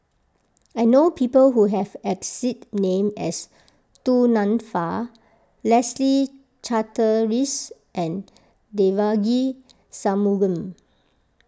I know people who have exact name as Du Nanfa Leslie Charteris and Devagi Sanmugam